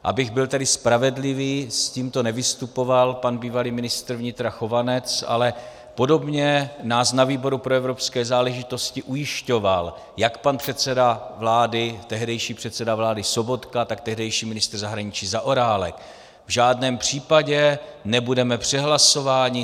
Abych byl tedy spravedlivý, s tímto nevystupoval pan bývalý ministr vnitra Chovanec, ale podobně nás na výboru pro evropské záležitosti ujišťoval jak pan tehdejší předseda vlády Sobotka, tak tehdejší ministr zahraničí Zaorálek: V žádném případě nebudeme přehlasováni.